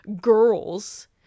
girls